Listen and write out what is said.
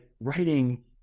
writing